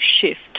shift